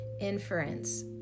inference